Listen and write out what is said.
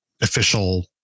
official